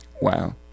Wow